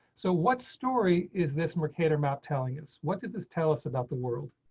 so what story is this mercator map telling us what does this tell us about the world.